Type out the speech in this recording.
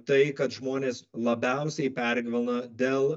tai kad žmonės labiausiai pergyvena dėl